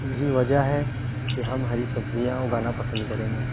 یہی وجہ ہے كہ ہم ہری سبزیاں اُگانا پسند كریں گے